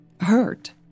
hurt